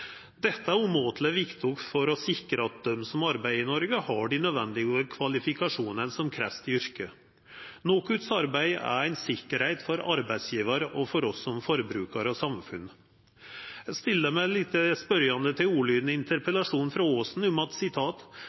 Dette er umåteleg viktig for å sikra at dei som arbeider i Noreg, har dei nødvendige kvalifikasjonane som krevst i yrket. NOKUTs arbeid er ei sikkerheit for arbeidsgjevarar og for oss som forbrukarar og som samfunn. Eg stiller meg litt spørjande til ordlyden i interpellasjonen frå